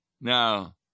Now